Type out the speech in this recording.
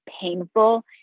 painful